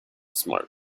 smoke